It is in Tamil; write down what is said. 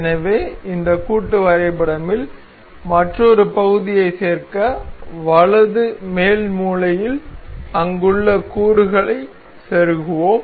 எனவே இந்த கூட்டு வரைபடமில் மற்றொரு பகுதியைச் சேர்க்க வலது மேல் மூலையில் அங்குள்ள கூறுகளைச் செருகுவோம்